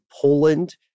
Poland